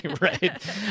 right